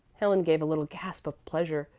helen gave a little gasp of pleasure.